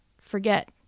forget